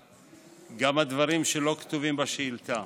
גם על דברים שלא כתובים בשאילתה.